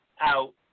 out